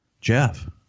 Jeff